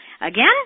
Again